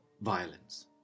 violence